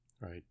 right